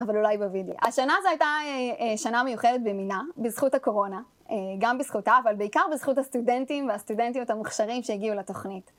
אבל אולי בוידיאו. השנה זו הייתה שנה מיוחדת במינה, בזכות הקורונה, גם בזכותה, אבל בעיקר בזכות הסטודנטים והסטודנטיות המוכשרים שהגיעו לתוכנית.